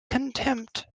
contempt